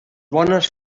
bones